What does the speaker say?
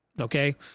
Okay